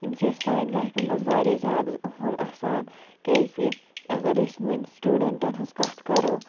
یِم چھِ اَسہِ سانہِ لایفہِ منٛز واریاہ زیادٕ اہم آسان کیازکہِ اگر أسۍ وۄنۍ سٹوٗڈَنٹَن ہٕنٛز کَتھ کَرو